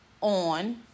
on